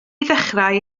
ddechrau